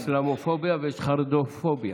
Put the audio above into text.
אסלאמופוביה ויש חרדופוביה.